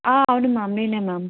అవును మ్యామ్ నేనేే మ్యామ్